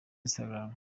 instagram